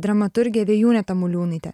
dramaturgę vėjūnę tamuliūnaitę